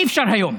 אי-אפשר היום.